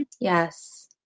Yes